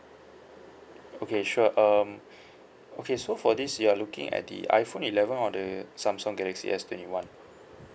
okay sure um okay so for this you are looking at the iphone eleven or the Samsung galaxy S twenty one